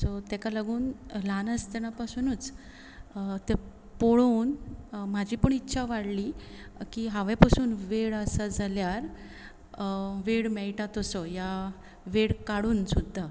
so ताका लागून ल्हान आसतना पासूनच पळोवन म्हजी पूण इच्छा वाडली की हांवें पासून वेळ आसा जाल्यार वेळ मेळटा तसो वा वेळ काडून सुद्दां